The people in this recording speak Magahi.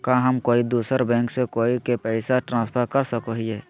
का हम कोई दूसर बैंक से कोई के पैसे ट्रांसफर कर सको हियै?